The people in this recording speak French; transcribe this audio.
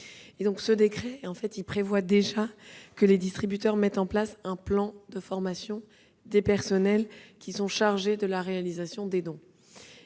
Ce texte prévoit déjà que les distributeurs mettent en place un plan de formation des personnels chargés de la réalisation des dons.